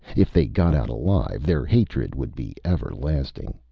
if they got out alive, their hatred would be everlasting.